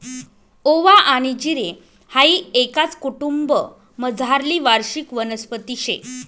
ओवा आनी जिरे हाई एकाच कुटुंबमझारली वार्षिक वनस्पती शे